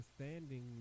understanding